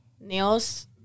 nails